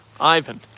Ivan